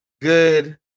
good